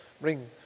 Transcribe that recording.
bring